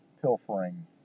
pilfering